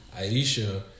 Aisha